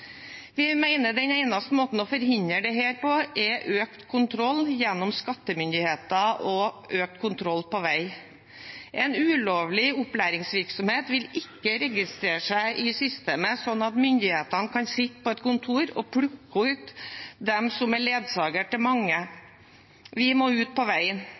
Vi mener den eneste måten å forhindre dette på er økt kontroll gjennom skattemyndigheter og økt kontroll på vei. En ulovlig opplæringsvirksomhet vil ikke registrere seg i systemet, slik at myndighetene kan sitte på et kontor og plukke ut dem som er ledsagere for mange. Vi må ut på veien.